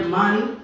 money